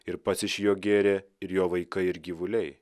ir pats iš jo gėrė ir jo vaikai ir gyvuliai